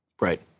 Right